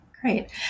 Great